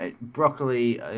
broccoli